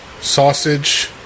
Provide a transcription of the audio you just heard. sausage